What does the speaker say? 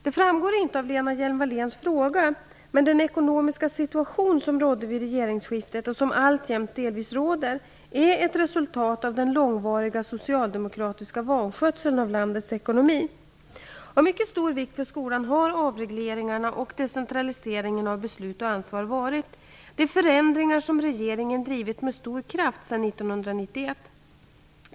Det framgår inte av Lena Hjelm-Walléns fråga, men den ekonomiska situationen som rådde vid regeringsskiftet och som alltjämt delvis råder, är ett resultat av den långvariga socialdemokratiska vanskötseln av landets ekonomi. Av mycket stor vikt för skolan har avregleringarna och decentraliseringen av beslut och ansvar varit. Det är förändringar som regeringen drivit med stor kraft sedan 1991.